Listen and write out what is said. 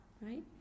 right